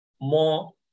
more